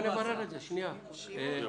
שאול, אני